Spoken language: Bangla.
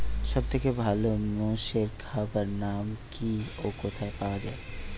সব থেকে ভালো মোষের খাবার নাম কি ও কোথায় পাওয়া যায়?